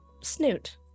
Snoot